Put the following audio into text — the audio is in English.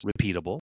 repeatable